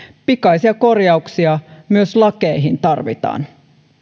pikaisia korjauksia myös lakeihin tarvitaan